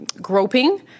groping